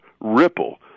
Ripple